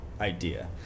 idea